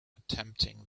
attempting